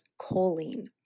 choline